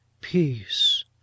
peace